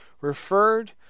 referred